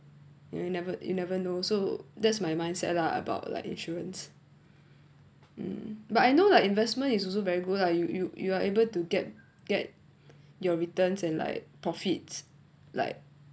you never you never know so that's my mindset lah about like insurance um but I know like investment is also very good lah you you you are able to get get your returns and like profits like